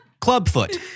Clubfoot